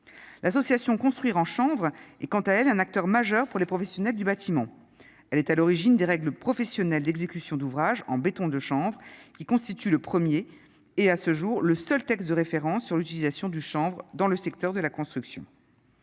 l'association construire en chanvre et quant à elle, un acteur majeur pour les professionnels du bâtiment, elle est à l'origine des règles professionnelles exécution d'ouvrages en béton de chanvre qui constitue le 1er et, à ce jour le seul texte de référence sur l'utilisation du chanvre dans le secteur de la construction,